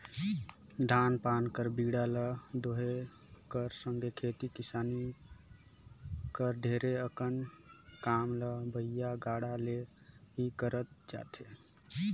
धान पान कर बीड़ा ल डोहे कर संघे खेती किसानी कर ढेरे अकन काम ल बइला गाड़ा ले ही करल जाथे